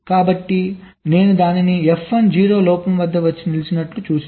కాబట్టి నేను దానిని F1 0 లోపం వద్ద వచ్చి నిలిచినట్లు సూచిస్తున్నాను